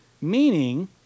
Meaning